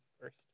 first